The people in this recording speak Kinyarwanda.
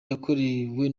gakomeye